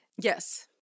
Yes